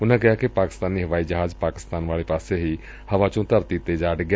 ਉਨੂੰ ਕਿਹਾ ਕਿ ਪਾਸਿਕਤਾਨੀ ਹਵਾਈ ਜਹਾਜ਼ ਪਾਕਿਸਤਾਨ ਵਾਲੇ ਪਾਸੇ ਹੀ ਹਵਾ ਚੋ ਧਰਤੀ ਤੇ ਜਾ ਡਿੱਗਾ